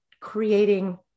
creating